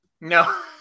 No